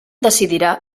decidirà